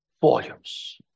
volumes